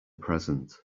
present